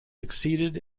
succeeded